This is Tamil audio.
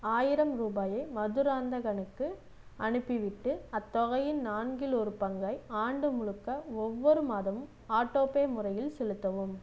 ஆயிரம் ரூபாயை மதுராந்தகனுக்கு அனுப்பிவிட்டு அத்தொகையின் நான்கில் ஒரு பங்கை ஆண்டு முழுக்க ஒவ்வொரு மாதமும் ஆட்டோபே முறையில் செலுத்தவும்